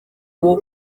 uwo